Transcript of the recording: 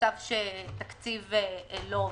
במצב שהתקציב לא עובר.